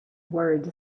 words